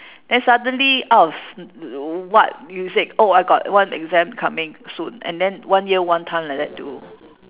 then suddenly out of what you said oh I got one exam coming soon and then one year one time like that do